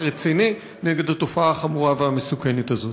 רציני נגד התופעה החמורה והמסוכנת הזאת.